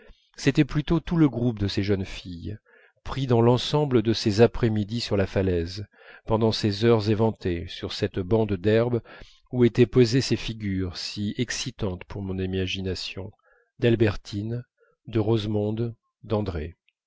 c'était plutôt tout le groupe de ces jeunes filles pris dans l'ensemble de ces après-midi sur la falaise pendant ces heures éventées sur cette bande d'herbe où étaient posées ces figures si excitantes pour mon imagination d'albertine de rosemonde d'andrée